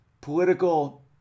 political